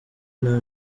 nta